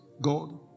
God